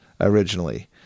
originally